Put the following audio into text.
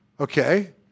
Okay